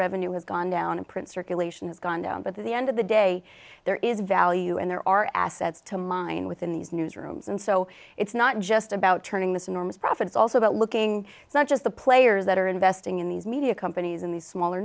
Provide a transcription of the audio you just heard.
revenue has gone down and print circulation has gone down but the end of the day there is value and there are assets to mine within these newsrooms and so it's not just about turning this enormous profit it's also about looking it's not just the players that are investing in these media companies in the smaller